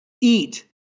eat